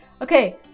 Okay